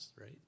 right